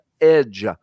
edge